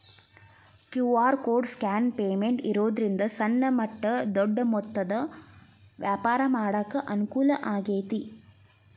QR code scan payment ಇರೋದ್ರಿಂದ ಸಣ್ಣ ಮಟ್ಟ ದೊಡ್ಡ ಮೊತ್ತದ ವ್ಯಾಪಾರ ಮಾಡಾಕ ಅನುಕೂಲ ಆಗೈತಿ